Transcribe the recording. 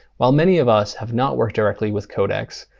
while many of us have not worked directly with codecs,